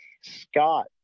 Scott